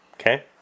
okay